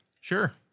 Sure